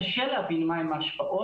קשה להבין מה הן ההשפעות